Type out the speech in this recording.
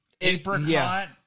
apricot